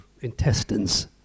intestines